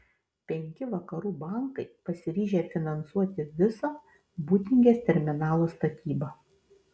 penki vakarų bankai pasiryžę finansuoti visą būtingės terminalo statybą